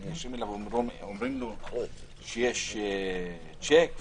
פונים אליו ואומרים לו שיש שיק,